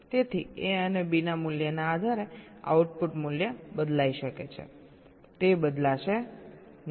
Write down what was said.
તેથી A અને B ના મૂલ્યના આધારે આઉટપુટ મૂલ્ય બદલાઈ શકે છે તે બદલાશે નહીં